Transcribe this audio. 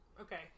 okay